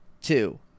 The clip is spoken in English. Two